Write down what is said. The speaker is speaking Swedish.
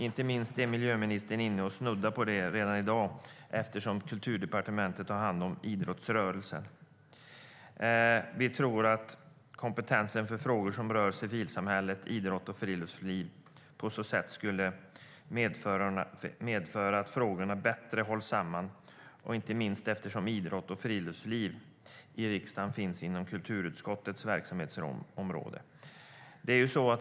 Inte minst snuddade miljöministern vid det i dag. Kulturdepartementet tar ju hand om idrottsrörelsen. Vi tror att kompetensen i frågor som rör civilsamhälle, idrott och friluftsliv på så sätt skulle hållas samman bättre, inte minst då idrott och friluftsliv hör till kulturutskottets verksamhetsområden i riksdagen.